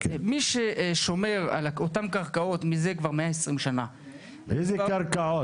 מי ששומר על אותן קרקעות מזה כבר 120 שנה -- איזה קרקעות?